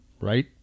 right